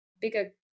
bigger